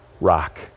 rock